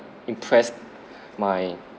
impressed my